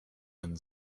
and